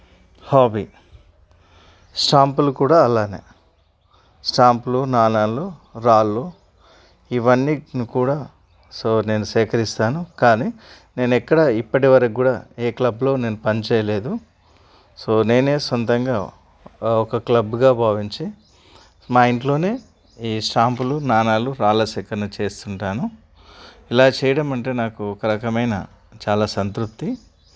hobby స్టాంపులు కూడా అలానే స్టాంపులు నాణేలు రాళ్ళు ఇవన్నిటిని కూడా సో నేను సేకరిస్తాను కానీ నేను ఎక్కడా ఇప్పటి వరకు కూడా ఏ క్లబ్లో నేను పని చేయలేదు సో నేనే సొంతంగా ఒక క్లబ్గా భావించి మా ఇంట్లోనే ఈ స్టాంపులు నాణేలు రాళ్ళ సేకరణ చేస్తుంటాను ఇలా చేయడం అంటే నాకు ఒక రకమైన చాలా సంతృప్తి